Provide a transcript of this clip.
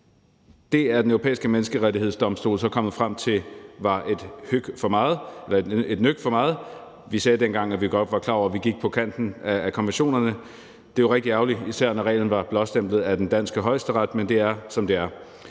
Det er Den Europæiske Menneskerettighedsdomstol så kommet frem til var et nøk for meget. Vi sagde dengang, at vi godt var klar over, at vi gik på kanten af konventionerne. Det er rigtig ærgerligt, især når reglerne var blåstemplet af den danske Højesteret. Men det er, som det er.